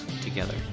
together